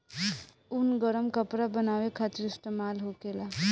ऊन गरम कपड़ा बनावे खातिर इस्तेमाल होखेला